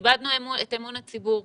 איבדנו את אמון הציבור.